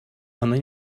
она